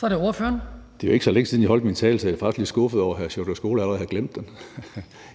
Karsten Hønge (SF): Det er jo ikke så længe siden, jeg holdt min tale, så jeg er faktisk lidt skuffet over, at hr. Sjúrður Skaale allerede har glemt den.